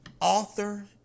author